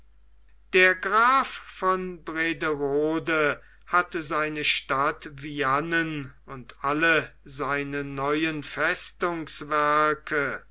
der graf von brederode hatte seine stadt viane und alle seine neuen